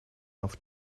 auf